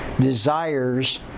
desires